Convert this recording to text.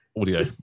audio